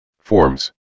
Forms